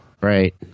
Right